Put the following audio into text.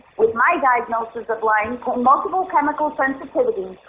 with my diagnosis of lyme, multiple chemical sensitivities,